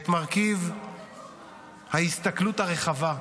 את מרכיב ההסתכלות הרחבה,